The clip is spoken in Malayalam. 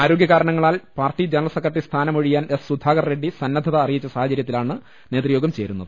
ആരോഗൃ കാരണങ്ങളാൽ പാർട്ടി ജനറൽ സെക്രട്ടറി സ്ഥാനം ഒഴിയാൻ എസ് സുധാകർ റെഡ്ഡി സന്നദ്ധത അറിയിച്ച സാഹചര്യത്തിലാണ് നേതൃയോഗം ചേരുന്നത്